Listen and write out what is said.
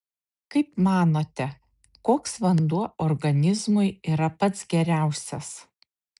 kaip manote koks vanduo organizmui yra pats geriausias